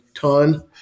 ton